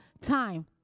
time